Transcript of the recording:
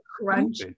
crunch